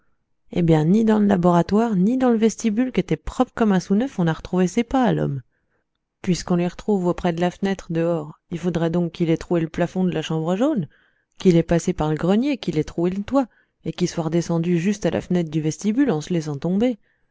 eh bien ni dans le laboratoire ni dans le vestibule qu'étaient propres comme un sou neuf on n'a retrouvé ses pas à l'homme puisqu'on les retrouve auprès de la fenêtre dehors il faudrait donc qu'il ait troué le plafond de la chambre jaune qu'il ait passé par le grenier qu'il ait troué le toit et qu'il soit redescendu juste à la fenêtre du vestibule en se laissant tomber